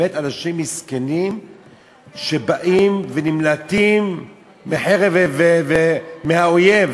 באמת אנשים מסכנים שבאים ושנמלטים מחרב האויב.